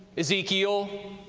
ezekiel,